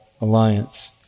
alliance